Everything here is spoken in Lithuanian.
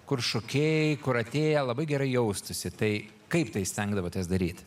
kur šokėjai kur atėję labai gerai jaustųsi tai kaip tai stengdavotės daryt